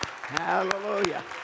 Hallelujah